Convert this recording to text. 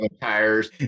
tires